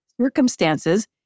circumstances